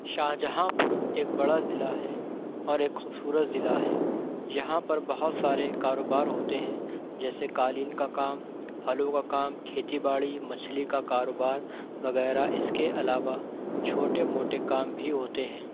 شاہجہاں پور ایک بڑا ضلع ہے اور ایک خوبصورت ضلع ہے یہاں پر بہت سارے کاروبار ہوتے ہیں جیسے قالین کا کام پھلوں کا کام کھیتی باڑی مچھلی کا کاروبار وغیرہ اس کے علاوہ چھوٹے موٹے کام بھی ہوتے ہیں